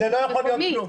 זה לא יכול להיות כלום.